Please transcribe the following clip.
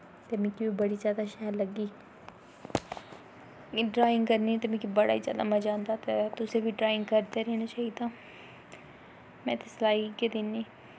ते मिगी ओह् बड़ी जादा शैल लग्गी ड्राईंग करने गी मिगी बड़ा गै जादा मजा आंदा ते तुसें बी ड्राईंग करदे रौह्ना चाहिदा में ते सलाह् इ'यै दिन्नी